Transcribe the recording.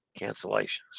cancellations